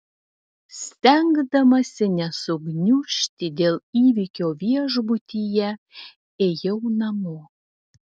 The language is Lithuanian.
stengdamasi nesugniužti dėl įvykio viešbutyje ėjau namo